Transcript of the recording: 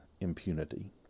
impunity